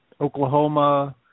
Oklahoma